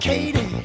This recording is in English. Katie